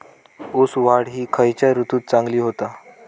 ऊस वाढ ही खयच्या ऋतूत चांगली होता?